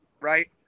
right